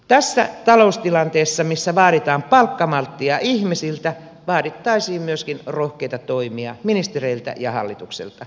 tässä taloustilanteessa missä vaaditaan palkkamalttia ihmisiltä vaadittaisiin myöskin rohkeita toimia ministereiltä ja hallitukselta